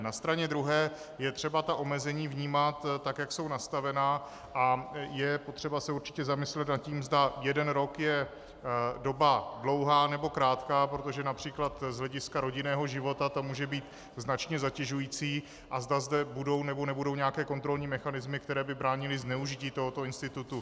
Na straně druhé je třeba omezení vnímat tak, jak jsou nastavena, a je potřeba se určitě zamyslet nad tím, zda jeden rok je doba dlouhá, nebo krátká, protože například z hlediska rodinného života to může být značně zatěžující, a zda zde budou, nebo nebudou nějaké kontrolní mechanismy, které by bránily zneužití tohoto institutu.